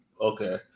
okay